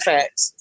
Facts